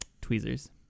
tweezers